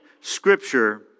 scripture